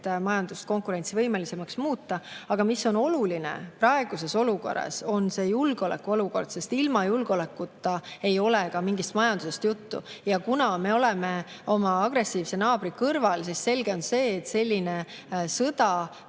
majandust konkurentsivõimelisemaks muuta, aga mis on oluline praeguses olukorras, on julgeolek, sest ilma julgeolekuta ei ole ka mingist majandusest juttu. Kuna me oleme agressiivse naabri kõrval, siis on selge, et selline sõda